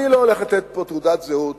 אני לא הולך לתת פה תעודת זהות